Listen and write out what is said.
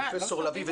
פרופ' לביא,